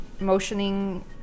motioning